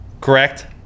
correct